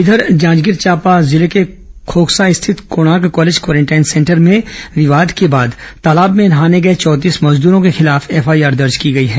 इधर जांजगीर चांपा जिले के खोखसा स्थित कोणार्क कॉलेज क्वारेंटाइन सेंटर में विवाद के बाद तालाब में नहाने गए चौंतीस मजदूरों के खिलाफ एफआईआर दर्ज की गई है